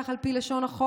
כך על פי לשון החוק,